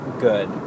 good